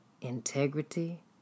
integrity